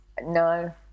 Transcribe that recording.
No